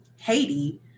Haiti